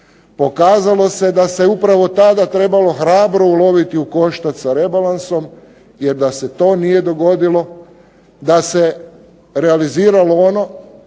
pokazalo se da se upravo tada trebalo hrabro uloviti u koštac sa rebalansom jer da se to nije dogodilo, da se realiziralo ono